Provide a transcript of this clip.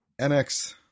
NX